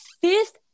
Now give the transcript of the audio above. fifth